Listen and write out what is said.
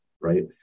Right